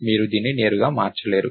మీరు దీన్ని నేరుగా మార్చలేరు